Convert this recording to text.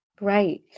right